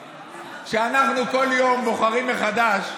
שאנחנו כל יום בוחרים מחדש?